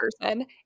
person